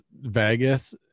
Vegas